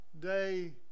day